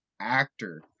actor